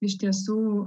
iš tiesų